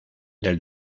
del